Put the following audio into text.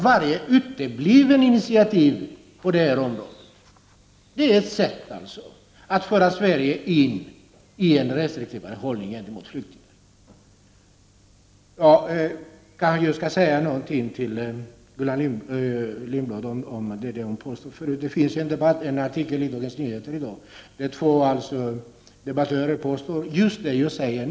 Varje uteblivet initiativ på detta område är ett sätt att driva Sverige till en restriktivare hållning mot flyktingarna. För Gullan Lindblad vill jag nämna att det i dag finns en debattartikel i Dagens Nyheter där de två debattörerna påstår just det jag nu säger.